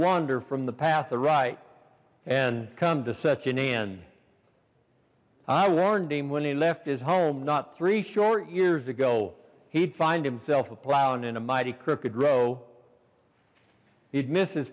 wander from the path of right and come to such an end i warned him when he left his home not three short years ago he'd find himself a plowin in a mighty crooked row he'd missed his